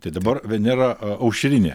tai dabar venera aušrinė